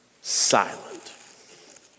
silent